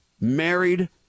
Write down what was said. married